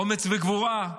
אומץ וגבורה,